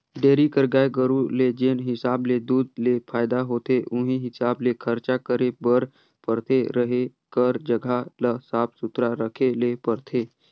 dairy कर गाय गरू ले जेन हिसाब ले दूद ले फायदा होथे उहीं हिसाब ले खरचा करे बर परथे, रहें कर जघा ल साफ सुथरा रखे ले परथे